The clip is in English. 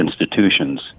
institutions